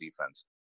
defense